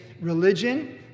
religion